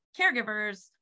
caregivers